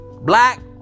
Black